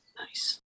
Nice